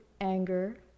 anger